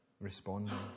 responding